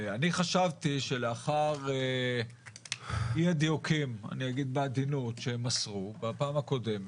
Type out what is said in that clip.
אני חשבתי שלאחר אי הדיוקים שהם עשו בפעם הקודמת,